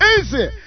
Easy